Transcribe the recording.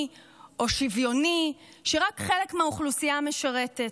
או שוויוני שרק חלק מהאוכלוסייה משרתת.